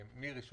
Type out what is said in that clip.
רגילים.